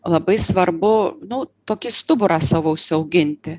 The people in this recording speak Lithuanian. labai svarbu nu tokį stuburą savo užsiauginti